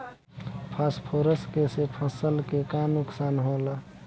Phosphorus के से फसल के का नुकसान होला?